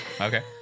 Okay